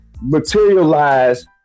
materialize